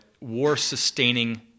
war-sustaining